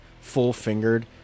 full-fingered